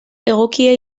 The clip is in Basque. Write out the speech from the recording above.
egokia